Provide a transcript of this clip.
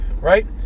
right